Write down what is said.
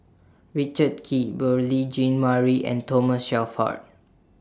Richard Kee Beurel Jean Marie and Thomas Shelford